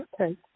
Okay